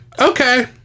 okay